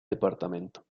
departamento